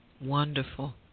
Wonderful